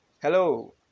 Hello